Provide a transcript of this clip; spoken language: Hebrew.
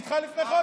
אתה בדרך.